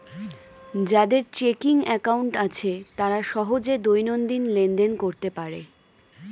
যাদের checking account আছে তারা সহজে দৈনিক লেনদেন করতে পারে